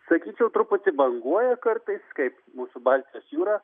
sakyčiau truputį banguoja kartais kaip mūsų baltijos jūra